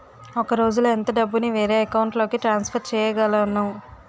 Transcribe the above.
ఒక రోజులో ఎంత డబ్బుని వేరే అకౌంట్ లోకి ట్రాన్సఫర్ చేయగలను?